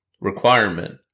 requirement